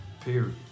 Period